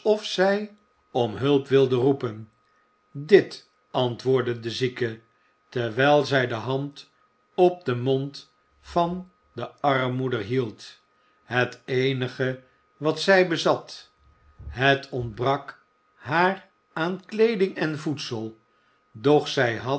alsof zij om hulp wilde roepen dit antwoordde de zieke terwijl zij de hand op den mond van de armmoeder hield het eenige wat zij bezat het ontbrak haar aan kleeding en voedsel doch zij had